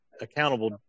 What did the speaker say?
accountable